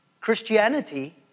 Christianity